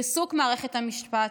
ריסוק מערכת המשפט,